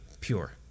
pure